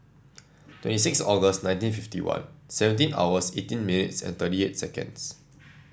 twenty six August nineteen fifty one seventeen hours eighteen minutes and thirty eight seconds